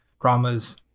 dramas